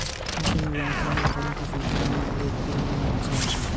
मौसम विभाग से मौसम की सूचना लेते रहना चाहिये?